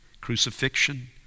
crucifixion